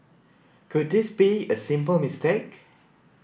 could this be a simple mistake